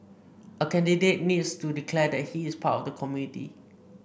a candidate needs to declare that he is part of the community